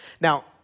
Now